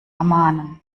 ermahnen